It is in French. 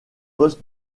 poste